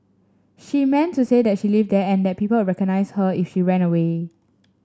she meant to say that she lived there and that people would recognise her if she ran away